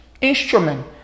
instrument